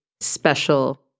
special